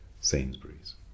Sainsbury's